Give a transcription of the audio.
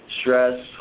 stress